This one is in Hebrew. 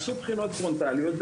עשו בחינות פרונטליות,